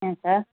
ம் சார்